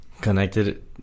Connected